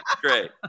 Great